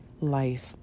life